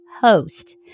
host